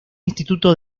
instituto